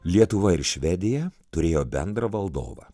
lietuva ir švedija turėjo bendrą valdovą